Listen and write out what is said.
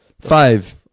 five